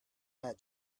that